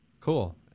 Cool